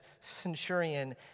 centurion